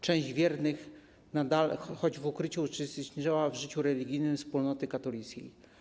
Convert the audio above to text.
Część wiernych nadal, choć w ukryciu, uczestniczyła w życiu religijnym wspólnoty katolickiej.